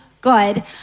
good